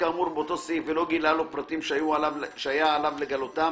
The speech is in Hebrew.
באותו סעיף ולא גילה לו פרטים שהיה עלי לגלותם